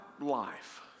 life